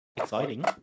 Exciting